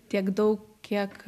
tiek daug kiek